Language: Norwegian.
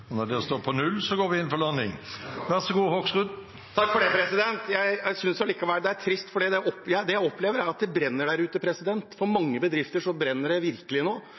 og når det står på null, går vi inn for landing. Jeg synes likevel det er trist, for det jeg opplever, er at det brenner der ute. For mange bedrifter brenner det virkelig nå, og man opplever fortsatt at